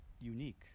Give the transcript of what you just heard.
unique